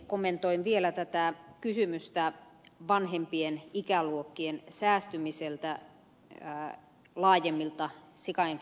kommentoin vielä tätä kysymystä vanhempien ikäluokkien säästymisestä laajemmilta sikainf luenssatartunnoilta